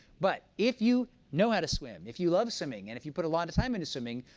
but if you know how to swim, if you love swimming, and if you put a lot of time into swimming,